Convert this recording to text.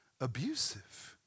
Abusive